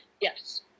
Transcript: yes